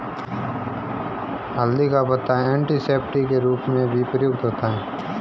हल्दी का पत्ता एंटीसेप्टिक के रूप में भी प्रयुक्त होता है